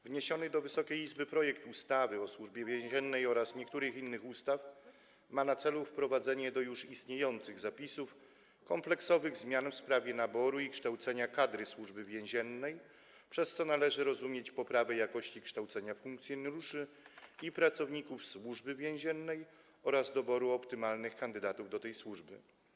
Wniesiony do Wysokiej Izby projekt ustawy o zmianie ustawy o Służbie Więziennej oraz niektórych innych ustaw ma na celu wprowadzenie do już istniejących zapisów kompleksowych zmian dotyczących systemu naboru i kształcenia kadry Służby Więziennej, przez co należy rozumieć poprawę jakości kształcenia funkcjonariuszy i pracowników Służby Więziennej, oraz doboru optymalnych kandydatów do tej służby.